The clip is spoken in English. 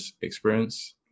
experience